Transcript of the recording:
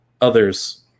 others